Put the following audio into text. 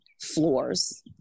floors